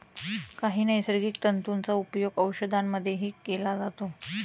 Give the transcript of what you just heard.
काही नैसर्गिक तंतूंचा उपयोग औषधांमध्येही केला जातो